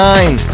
Nine